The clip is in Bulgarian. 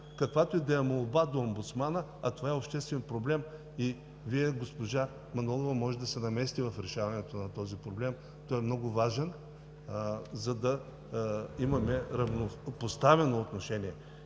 каквато и да е молба до омбудсмана, това е обществен проблем. Вие, госпожо Манолова, може да се намесите в решаването на този проблем, той е много важен, за да имаме равнопоставено отношение.